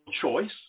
choice